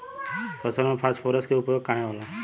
फसल में फास्फोरस के उपयोग काहे होला?